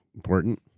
important